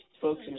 folks